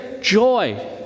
Joy